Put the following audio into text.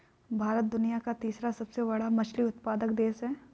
भारत दुनिया का तीसरा सबसे बड़ा मछली उत्पादक देश है